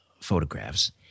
photographs